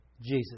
Jesus